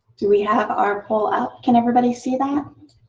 do we have our poll up? can everybody see that?